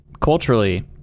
culturally